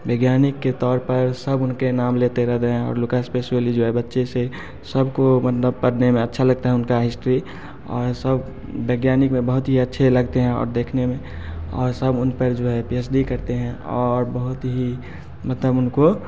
वैज्ञानिक के तौर पर सब उनके नाम लेते रहते हैं लूकास पैसोलिक जो है बच्चे से सब को मतलब पढ़ने में अच्छा लगता है उनका हिस्ट्री और सब वैज्ञानिक में बहुत ही अच्छे लगते हैं और देखने में और सब उन पर जो है पी एच डी करते हैं और बहुत ही मतलब उनको